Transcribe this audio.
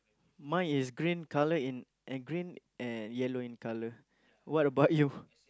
mine is green colour in and green and yellow in colour what about you